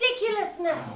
Ridiculousness